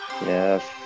Yes